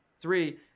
three